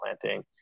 planting